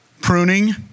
Pruning